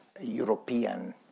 European